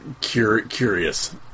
curious